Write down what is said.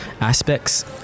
aspects